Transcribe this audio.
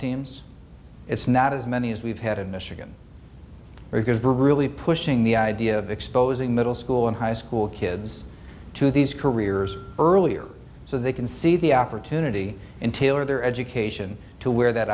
teams it's not as many as we've had in michigan because we're really pushing the idea of exposing middle school and high school kids to these careers earlier so they can see the opportunity and tailor their education to where that